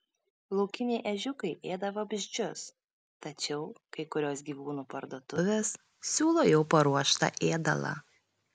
laukiniai ežiukai ėda vabzdžius tačiau kai kurios gyvūnų parduotuvės siūlo jau paruoštą ėdalą